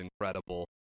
incredible